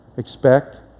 Expect